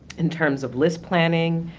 in terms of list planning,